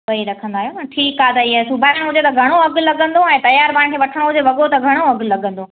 ॿई रखंदा आहियो न ठीकु आहे त हीअं सिबाइणो हुजे त घणो अघि लॻंदो ऐं तयार पाण खे वठिणो हुजे वॻो त घणो अघि लॻंदो